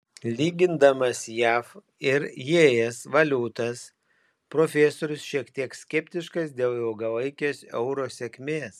lygindamas jav ir es valiutas profesorius kiek skeptiškas dėl ilgalaikės euro sėkmės